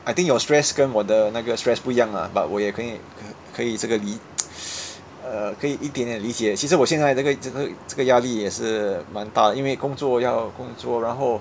I think your stress 跟我的那个 stress 不一样 lah but 我也可以可以这个理 uh 可以一点点理解其实我现在这个这个压力也是蛮大因为工作要工作然后